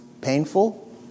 painful